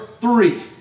three